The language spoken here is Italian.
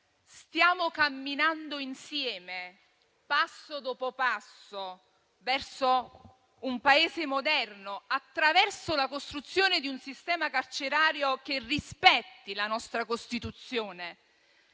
stiamo camminando insieme, passo dopo passo, verso un Paese moderno, attraverso la costruzione di un sistema carcerario che rispetti la nostra Costituzione?